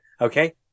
Okay